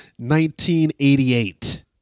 1988